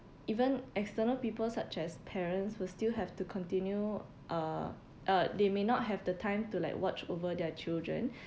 even external people such as parents will still have to continue uh uh they may not have the time to like watch over their children